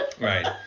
Right